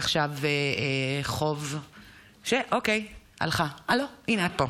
ועכשיו חוב, אוקיי, הלכה, אה, לא, הינה, את פה.